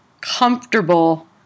comfortable